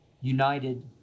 united